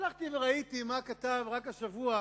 הלכתי וראיתי מה כתב רק השבוע